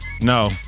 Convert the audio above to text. No